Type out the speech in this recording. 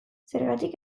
zergatik